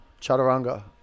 Chaturanga